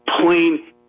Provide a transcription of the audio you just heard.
plain